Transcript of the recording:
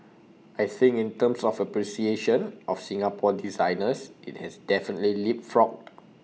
I think in terms of appreciation of Singapore designers IT has definitely leapfrogged